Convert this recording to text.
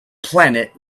planet